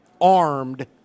armed